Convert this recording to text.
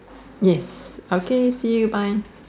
yes okay see you bye